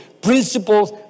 Principles